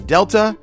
Delta